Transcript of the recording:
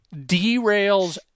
derails